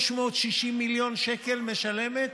360 מיליון שקל היא משלמת